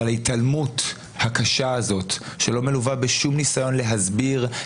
ההתעלמות הקשה הזאת שלא מלווה בשום ניסיון להסביר,